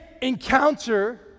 encounter